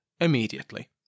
immediately